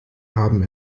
haben